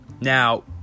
Now